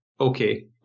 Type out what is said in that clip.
okay